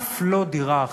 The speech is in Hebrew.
אף לא דירה אחת.